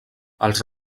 els